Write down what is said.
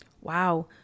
wow